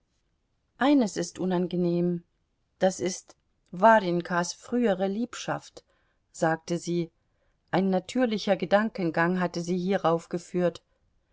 eines ist unangenehm das ist warjenkas frühere liebschaft sagte sie ein natürlicher gedankengang hatte sie hierauf geführt